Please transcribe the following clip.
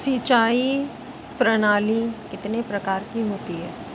सिंचाई प्रणाली कितने प्रकार की होती है?